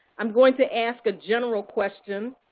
i'm going to ask a general question.